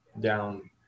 down